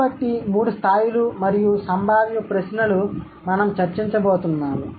కాబట్టి మూడు స్థాయిలు మరియు సంభావ్య ప్రశ్నలు మనం చర్చించబోతున్నాము